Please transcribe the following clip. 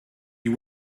you